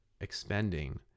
expending